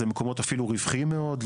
זה מקומות אפילו רווחיים מאוד,